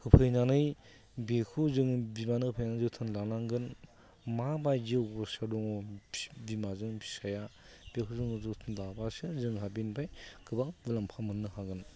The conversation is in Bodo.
होफैनानै बेखौ जोङो बिमानो होफैनानै जोथोन लानांगोन माबायदि अबस्थायाव दङ बिमाजों फिसाया बेखौ जोङो जोथोन लाब्लासो जोंहा बिनिफ्रा गोबां मुलामफा मोननो हागोन